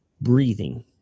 Breathing